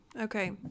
Okay